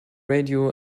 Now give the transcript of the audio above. radio